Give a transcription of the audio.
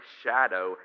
shadow